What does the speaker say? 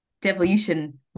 devolution